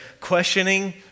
questioning